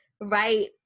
right